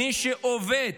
מי שעובד,